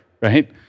right